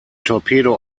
torpedo